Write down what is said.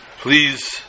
please